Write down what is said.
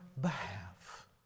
behalf